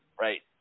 Right